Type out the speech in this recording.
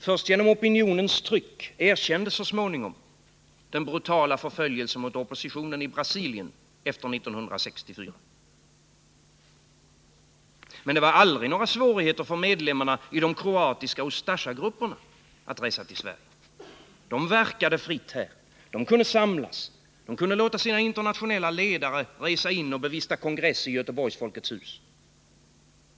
Först genom opinionens tryck erkändes så småningom den brutala förföljelsen efter 1964 av oppositionen i Brasilien. Men det var aldrig några svårigheter för medlemmarna i de kroatiska Ustasjagrupperna att resa till Sverige. De verkade fritt här, de kunde samlas och låta sina internationella ledare bevista kongress i Göteborgs Folkets hus.